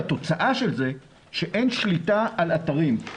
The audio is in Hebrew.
התוצאה של זה היא שאין שליטה על אתרים.